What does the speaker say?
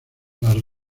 las